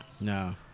No